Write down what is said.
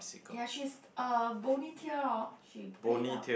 ya she's a boney tail lor she plaid up